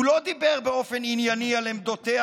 הוא לא דיבר באופן ענייני על עמדותיה,